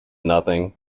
nothing